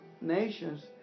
nations